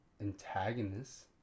antagonist